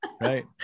Right